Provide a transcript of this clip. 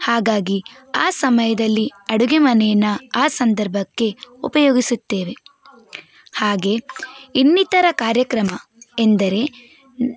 ಹಾಗಾಗಿ ಆ ಸಮಯದಲ್ಲಿ ಅಡುಗೆ ಮನೇನ್ನ ಆ ಸಂದರ್ಭಕ್ಕೆ ಉಪಯೋಗಿಸುತ್ತೇವೆ ಹಾಗೇ ಇನ್ನಿತರ ಕಾರ್ಯಕ್ರಮ ಎಂದರೆ